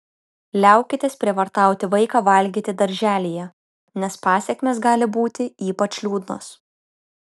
liaukitės prievartauti vaiką valgyti darželyje nes pasekmės gali būti ypač liūdnos